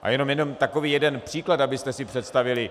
A jenom jeden takový příklad, abyste si představili.